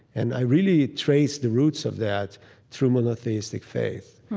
and i really trace the roots of that through monotheistic faith